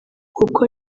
kuko